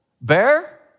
bear